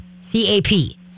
C-A-P